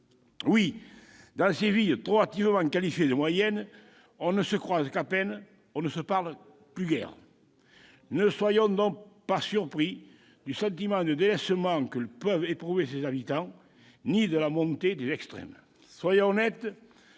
Oui, dans ces villes trop hâtivement qualifiées de moyennes, on ne se croise qu'à peine, on ne se parle plus guère ! Ne soyons donc pas surpris du sentiment de délaissement que peuvent éprouver leurs habitants, ni de la montée des extrêmes. Soyons honnêtes